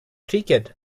ticket